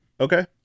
Okay